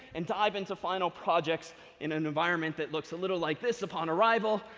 and dive into final projects in an environment that looks a little like this upon arrival.